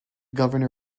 governor